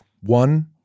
One